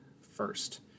first